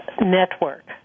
network